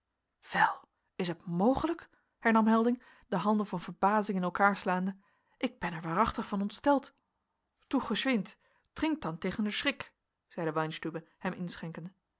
wel is het mogelijk hernam helding de handen van verbazing in elkaar slaande ik ben er waarachtig van ontsteld toe geschwind trink tan tegen den schrik zeide weinstübe hem inschenkende